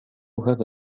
هذا